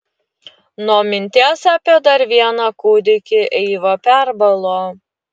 nuo minties apie dar vieną kūdikį eiva perbalo